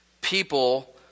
people